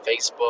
Facebook